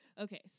Okay